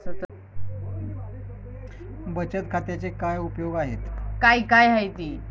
बचत खात्याचे काय काय उपयोग आहेत?